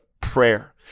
prayer